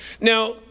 Now